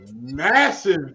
massive